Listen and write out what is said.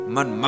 Man